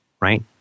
right